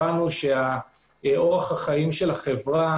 הבנו שאורח החיים של החברה